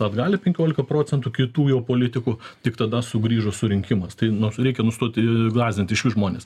atgal į penkiolika procentų kitų jau politikų tik tada sugrįžo surinkimas tai nuo su reikia nustoti gąsdinti išvis žmones